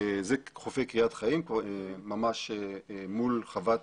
זה חופיי קרית חיים, ממש מול חוות